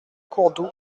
courredou